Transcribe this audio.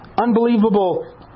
unbelievable